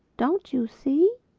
don't you see?